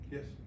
Yes